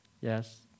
Yes